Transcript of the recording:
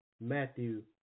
Matthew